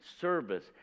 service